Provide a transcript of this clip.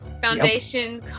foundation